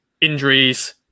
injuries